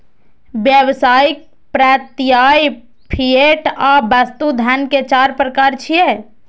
व्यावसायिक, प्रत्ययी, फिएट आ वस्तु धन के चार प्रकार छियै